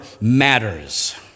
matters